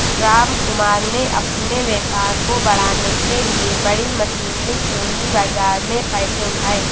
रामकुमार ने अपने व्यापार को बढ़ाने के लिए बड़ी मशीनरी पूंजी बाजार से पैसे उठाए